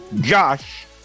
Josh